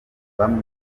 bumwe